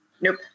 Nope